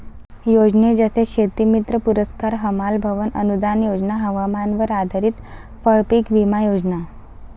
योजने जसे शेतीमित्र पुरस्कार, हमाल भवन अनूदान योजना, हवामानावर आधारित फळपीक विमा योजना